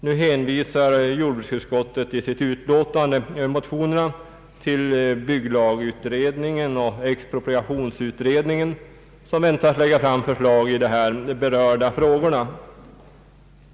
Nu hänvisar jordbruksutskottet i sitt utlåtande över motionerna till bygglagutredningen och expropriationsutredningen, som väntas lägga fram förslag i de här berörda frågorna.